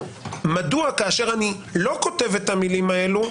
מדוע כאשר אני לא כותב את המילים האלה,